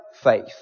faith